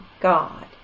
God